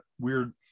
weird